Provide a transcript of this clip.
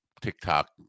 tiktok